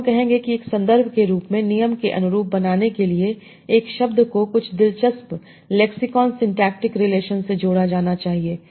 तो हम कहेंगे कि एक संदर्भ के रूप में नियम के अनुरूप बनाने के लिए एक शब्द को कुछ दिलचस्प लेक्सिकॉन सिंटैक्टिक रिलेशन से जोड़ा जाना चाहिए